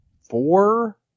four